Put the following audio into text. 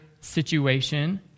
situation